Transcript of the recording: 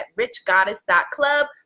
richgoddess.club